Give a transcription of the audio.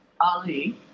Ali